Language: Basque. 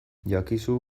jakizu